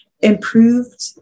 improved